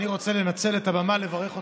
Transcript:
אני רוצה לנצל את הבמה לברך אותך,